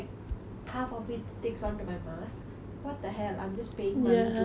half of it sticks onto my mask what the hell I'm just paying money to like